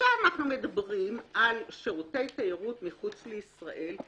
כשאנחנו מדברים על שירותי תיירות מחוץ לישראל,